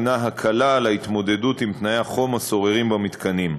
הקלה על ההתמודדות עם תנאי החום השוררים במתקנים.